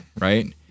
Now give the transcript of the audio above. right